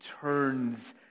turns